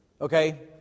Okay